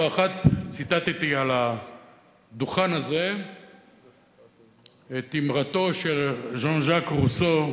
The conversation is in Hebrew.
לא אחת ציטטתי על הדוכן הזה את אמרתו של ז'אן ז'אק רוסו,